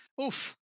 oof